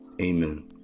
Amen